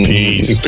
Peace